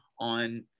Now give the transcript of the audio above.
on